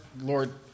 Lord